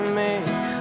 make